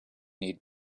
need